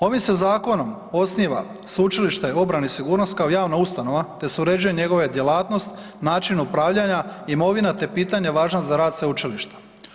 Ovim se zakonom osniva Sveučilište obrane i sigurnosti kao javna ustanova te se uređuje njegove djelatnost, način upravljanja, imovina te pitanje važan za rad sveučilišta.